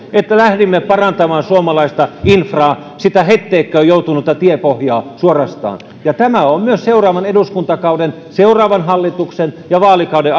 että lähdimme parantamaan suomalaista infraa sitä suorastaan hetteikköön joutunutta tiepohjaa tämä on myös seuraavan eduskuntakauden seuraavan hallituksen ja vaalikauden